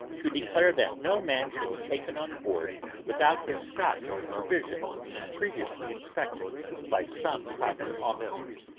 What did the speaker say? to declare that no man shall be taken on board without his stock of provisions being previously inspected by some proper officer,